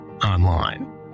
online